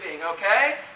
okay